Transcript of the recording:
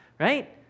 right